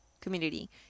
community